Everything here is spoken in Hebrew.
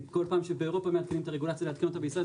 כל פעם שבאירופה מעדכנים את הרגולציה לעדכן אותה בישראל,